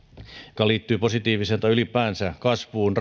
joka liittyi ylipäänsä kasvuun